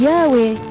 Yahweh